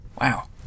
wow